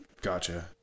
Gotcha